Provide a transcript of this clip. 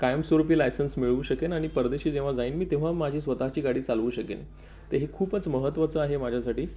कायमस्वरूपी लायसन्स मिळवू शकेन आणि परदेशी जेव्हा जाईन मी तेव्हा माझी स्वतःची गाडी चालवू शकेन तर हे खूपच महत्त्वाचं आहे माझ्यासाठी